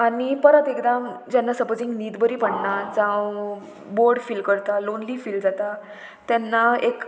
आनी परत एकदम जेन्ना सपोजींग न्हीद बरी पडना जावं बोर्ड फील करता लोनली फील जाता तेन्ना एक